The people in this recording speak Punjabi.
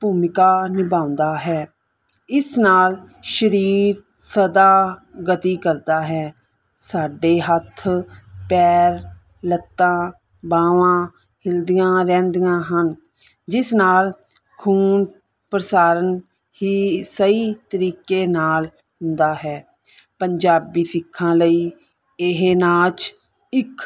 ਭੂਮਿਕਾ ਨਿਭਾਉਂਦਾ ਹੈ ਇਸ ਨਾਲ ਸਰੀਰ ਸਦਾ ਗਤੀ ਕਰਦਾ ਹੈ ਸਾਡੇ ਹੱਥ ਪੈਰ ਲੱਤਾਂ ਬਾਂਹਵਾਂ ਹਿਲਦੀਆਂ ਰਹਿੰਦੀਆਂ ਹਨ ਜਿਸ ਨਾਲ ਖੂਨ ਪ੍ਰਸਾਰਨ ਹੀ ਸਹੀ ਤਰੀਕੇ ਨਾਲ ਹੁੰਦਾ ਹੈ ਪੰਜਾਬੀ ਸਿੱਖਣ ਲਈ ਇਹ ਨਾਚ ਇੱਕ